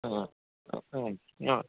ആ മ്മ് ആ